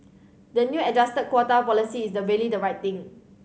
the new adjusted quota policy is the really the right thing